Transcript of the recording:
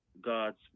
God's